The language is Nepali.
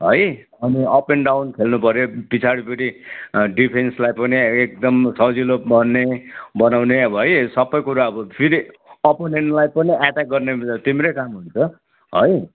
है अनि अप एन्ड डाउन खेल्नुपऱ्यो पछाडिपट्टि डिफेन्सलाई पनि एकदम सजिलो बन्ने बनाउने है अब सबै कुरा अब फेरि अपोनेन्टलाई पनि अट्याक गर्ने तिम्रै काम हुन्छ है